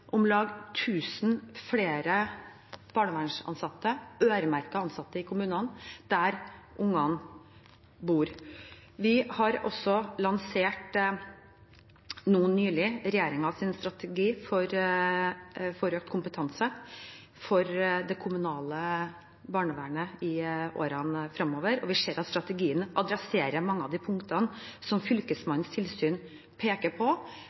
om lag 1 000 flere barnevernsansatte – øremerkede ansatte – i kommunene, der barna bor. Vi har også nylig lansert regjeringens strategi for økt kompetanse i det kommunale barnevernet i årene fremover, og vi ser at strategien adresserer mange av de punktene som Fylkesmannens tilsyn peker på.